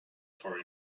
for